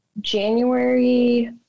January